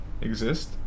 exist